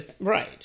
Right